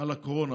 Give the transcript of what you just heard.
על הקורונה.